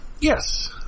Yes